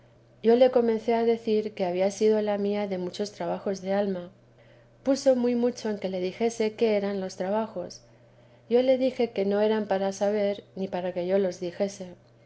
yo le comencé a decir que había sido la mía de muchos trabajos de alma puso muy mucho en que le dijese qué eran los trabajos yo le dije que no eran para saber ni para que yo los dijese